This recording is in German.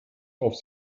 auf